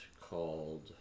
called